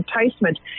enticement